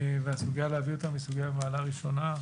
והסוגיה של להביא אותם היא סוגיה מהמעלה הראשונה.